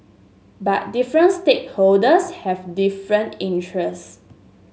but different stakeholder have different interests